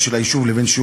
שמעתי